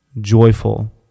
joyful